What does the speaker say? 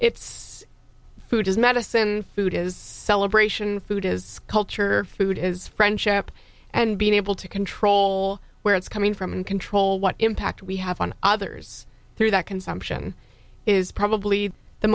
it's food is medicine food is celebration food is culture food is friendship and being able to control where it's coming from and control what impact we have on others through that consumption is probably the